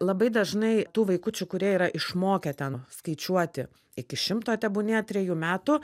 labai dažnai tų vaikučių kurie yra išmokę ten skaičiuoti iki šimto tebūnie trejų metų